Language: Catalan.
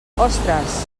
ostres